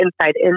inside